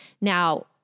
Now